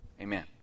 amen